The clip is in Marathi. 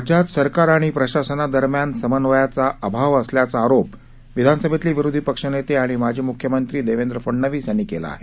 राज्यात सरकार आणि प्रशासनादरम्यान समन्वयाचा अभाव असल्याचा आरोप विधानसभेतले विरोधी पक्षनेते आणि माजी म्ख्यमंत्री देवेंद्र फडणवीस यांनी केला आहे